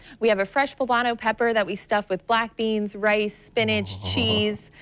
we have a fresh but ah pepper that we stuff with black bean, rice, spinach, cheese